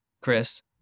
Chris